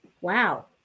Wow